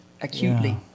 acutely